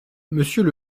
monsieur